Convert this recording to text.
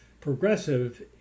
Progressive